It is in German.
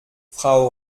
frau